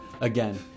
Again